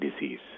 disease